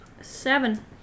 seven